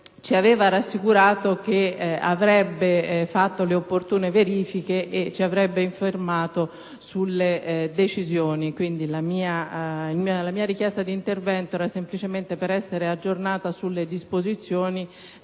ci ha rassicurato dicendo che avrebbe fatto le opportune verifiche e ci avrebbe informato sulle decisioni. Quindi, ho chiesto di intervenire semplicemente per essere aggiornata sulle disposizioni